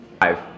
Five